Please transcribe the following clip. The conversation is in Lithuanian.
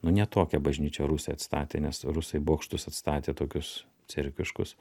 nu ne tokią bažnyčią rusai atstatė nes rusai bokštus atstatė tokius cerkviškus